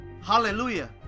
hallelujah